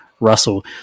Russell